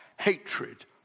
hatred